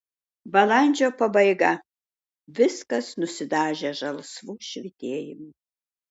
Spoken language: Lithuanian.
balandžio pabaiga viskas nusidažę žalsvu švytėjimu